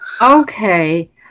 Okay